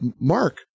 Mark